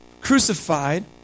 crucified